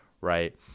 right